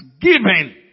given